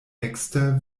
ekster